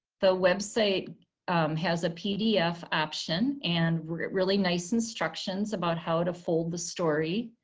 the website has a pdf option and really nice instructions about how to fold the story.